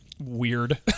weird